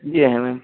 जी हाँ मैम